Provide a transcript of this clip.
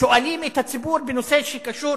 שואלים את הציבור בנושא שקשור